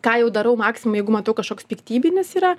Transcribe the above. ką jau darau maksim jeigu matau kažkoks piktybinis yra